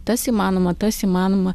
tas įmanoma tas įmanoma